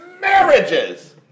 marriages